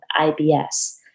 IBS